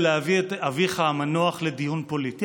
זה להביא את אביך המנוח לדיון פוליטי,